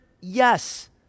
Yes